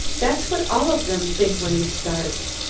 that's what all of them think when he starts.